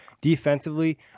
defensively